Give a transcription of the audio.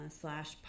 slash